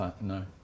No